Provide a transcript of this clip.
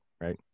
right